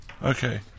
Okay